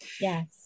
Yes